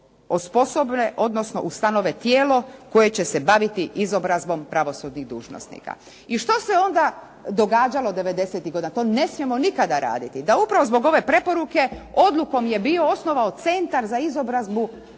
osposobe, odnosno ustanove tijelo koje će se baviti izobrazbom pravosudnih dužnosnika. I što se onda događalo devedesetih godina? To ne smijemo nikada raditi. Da upravo zbog ove preporuke odlukom je bio osnovao Centar za izobrazbu sudaca i drugih pravosudnih dužnosnika.